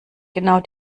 genau